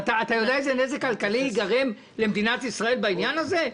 אתה יודע איזה נזק כלכלי ייגרם למדינת ישראל בעניין הזה?